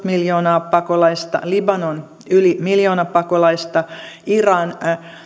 miljoonaa pakolaista libanon yli miljoona pakolaista iran